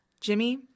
Jimmy